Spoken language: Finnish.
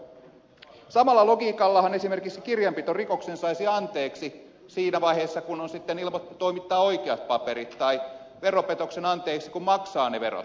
samalla logiikallahan esimerkiksi kirjanpitorikoksen saisi anteeksi siinä vaiheessa kun toimittaa oikeat paperit tai veropetoksen anteeksi kun maksaa ne verot